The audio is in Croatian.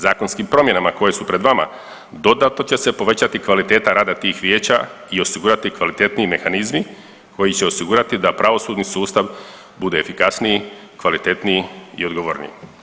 Zakonskim promjenama koje su pred vama dodatno će se povećati kvaliteta rada tih vijeća i osigurati kvalitetniji mehanizmi koji će osigurati da pravosudni sustav bude efikasniji, kvalitetniji i odgovorniji.